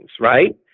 right